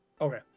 Okay